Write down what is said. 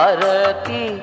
Arati